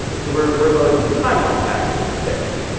so we're we're loading the timeline package instead here.